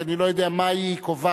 כי אני לא יודע מה היא קובעת.